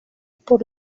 por